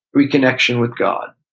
reconnection with god.